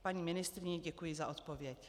Paní ministryně, děkuji za odpověď.